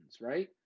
right